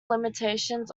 limitations